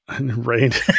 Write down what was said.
right